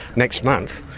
next month,